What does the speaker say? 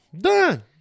done